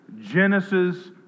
Genesis